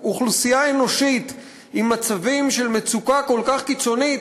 אוכלוסייה אנושית עם מצבים של מצוקה כל כך קיצונית,